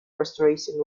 restoration